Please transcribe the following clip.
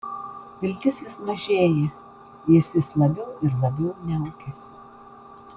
viltis vis mažėja jis vis labiau ir labiau niaukiasi